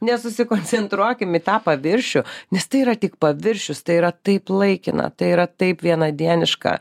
nesusikoncentruokim į tą paviršių nes tai yra tik paviršius tai yra taip laikina tai yra taip vienadieniška